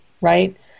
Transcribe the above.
right